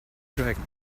dragon